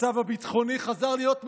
המצב הביטחוני חזר להיות מתוח,